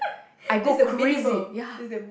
I go crazy ya